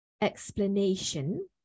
explanation